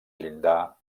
llindar